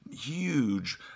huge